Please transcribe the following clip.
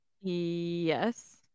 Yes